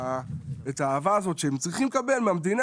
את האהבה הזאת שהם צריכים לקבל מהמדינה.